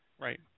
Right